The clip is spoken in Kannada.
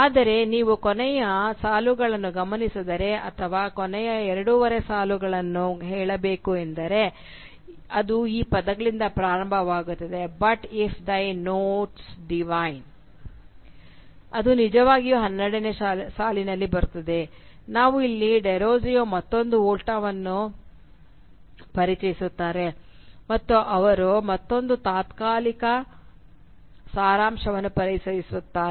ಆದರೆ ನೀವು ಕೊನೆಯ ಎರಡು ಸಾಲುಗಳನ್ನು ಗಮನಿಸಿದರೆ ಅಥವಾ ನಾನು ಕೊನೆಯ ಎರಡೂವರೆ ಸಾಲುಗಳನ್ನು ಹೇಳಬೇಕು ಏಕೆಂದರೆ ಅದು ಈ ಪದಗಳಿಂದ ಪ್ರಾರಂಭವಾಗುತ್ತದೆ "but if thy notes divine" ಅದು ನಿಜವಾಗಿ ಹನ್ನೆರಡನೇ ಸಾಲಿನಲ್ಲಿ ಬರುತ್ತದೆ ಇಲ್ಲಿ ನಾವು ಡೆರೋಜಿಯೊ ಮತ್ತೊಂದು ವೋಲ್ಟಾವನ್ನು ಪರಿಚಯಿಸುತ್ತಾರೆ ಮತ್ತು ಅವರು ಮತ್ತೊಂದು ತಾತ್ಕಾಲಿಕ ಸಾರಾಂಶವನ್ನು ಪರಿಚಯಿಸುತ್ತಾರೆ